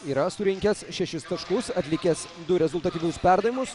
yra surinkęs šešis taškus atlikęs du rezultatyvius perdavimus